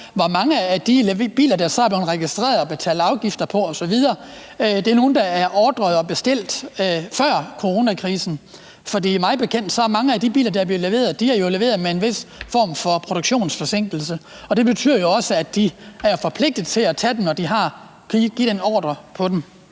hvor mange af de biler, der så er blevet registreret og betalt afgifter på osv., der er nogle, der er givet ordre på og bestilt før coronakrisen. For mig bekendt er mange af de biler, der bliver leveret, jo leveret med en vis form for produktionsforsinkelse, og det betyder også, at de er forpligtet til at tage dem, når de har givet en ordre på dem.